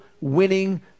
winning